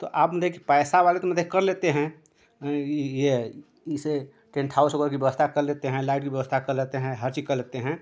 तो आप मेले की पैसा वाले तो मेले की कर लेते हैं ईसे टेंट हाउस होगा कि व्यवस्था कर लेते हैं लाइट कि व्यवस्था कर लेते हैं हर चीज़ कर लेते हैं